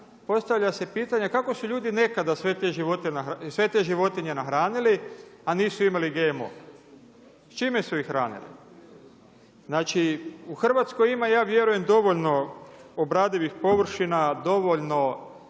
postavlja se pitanje kako su ljudi nekada sve te životinje nahranili, a nisu imali GMO, s čime su ih hranili? Znači u Hrvatskoj obradivih površina dovoljno